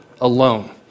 alone